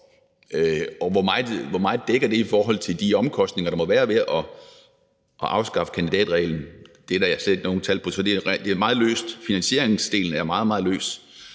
og hvor meget det dækker i forhold til de omkostninger, der måtte være ved at afskaffe kandidatreglen. Det er der slet ikke nogen tal på, så finansieringsdelen er meget, meget løs.